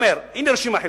הוא אומר: "הנה רשימה חלקית,